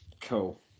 Cool